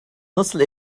nasıl